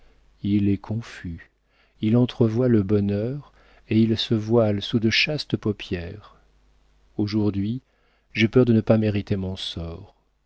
il est confus il entrevoit le bonheur et il se voile sous de chastes paupières aujourd'hui j'ai peur de ne pas mériter mon sort